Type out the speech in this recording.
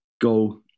go